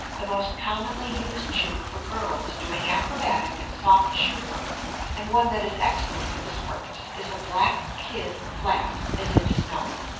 the most commonly used shoe for girls doing acrobatic and soft shoe work and one that is excellent for this purpose, is a black kid flat, as it is known,